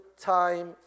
time